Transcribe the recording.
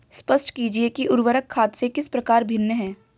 स्पष्ट कीजिए कि उर्वरक खाद से किस प्रकार भिन्न है?